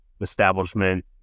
establishment